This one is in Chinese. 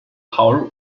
考入